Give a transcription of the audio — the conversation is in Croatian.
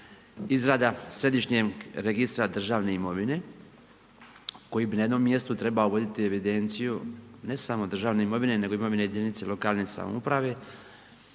izrada središnjeg registra državne imovine, koji bi na jednom mjestu trebao voditi evidenciju ne samo državne imovine, nego i imovine jedinice lokalne samouprave